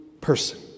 person